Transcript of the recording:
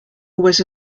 was